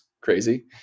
crazy